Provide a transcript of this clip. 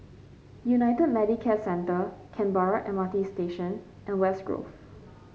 United Medicare Centre Canberra M R T Station and West Grove